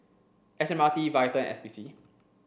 S M R T VITAL and S P C